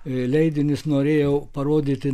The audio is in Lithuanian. leidinius norėjau parodyti